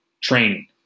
training